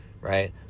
right